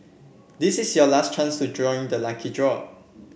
this is your last chance to join the lucky draw